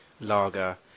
lager